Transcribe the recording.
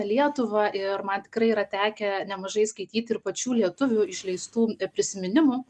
lietuvą ir man tikrai yra tekę nemažai skaityti ir pačių lietuvių išleistų prisiminimų